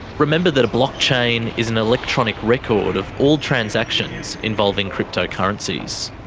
remember that a blockchain is an electronic record of all transactions involving cryptocurrencies.